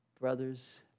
brothers